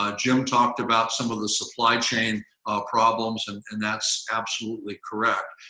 ah jim talked about some of the supply chain problems, and and that's absolutely correct.